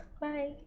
Bye